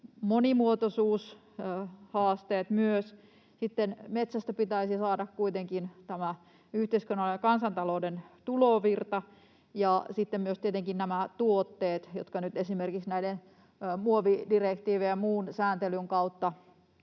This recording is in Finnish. monimuotoisuushaasteet myös, sitten metsästä pitäisi saada kuitenkin tämä yhteiskunnan ja kansantalouden tulovirta ja sitten myös tietenkin nämä tuotteet, kun nyt esimerkiksi näiden muovidirektiivien ja muun sääntelyn kautta